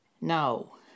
No